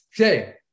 Okay